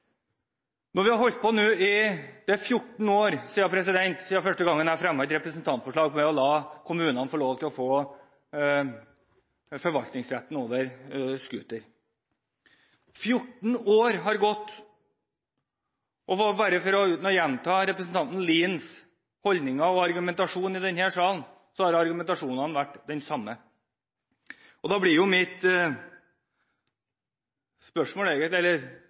når det gjelder motorferdsel i utmark, blir for meg helt ubegripelig. Det er 14 år siden jeg første gang fremmet et representantforslag om å la kommunene få lov til å få forvaltningsretten over scooter. 14 år har gått, og – uten å gjenta representanten Liens holdninger og argumentasjon i denne salen – argumentasjonen har vært den samme. Da blir mitt spørsmål, eller